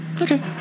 okay